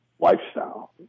lifestyle